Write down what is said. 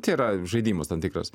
tai yra žaidimas tam tikras